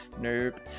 Nope